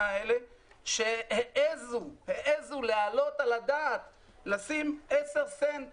האלה שהעזו להעלות על הדעת לשים 10 סנט